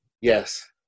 Yes